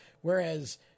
Whereas